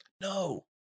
No